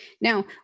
Now